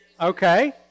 Okay